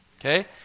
okay